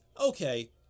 okay